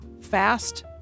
fast